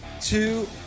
two